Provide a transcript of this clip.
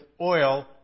oil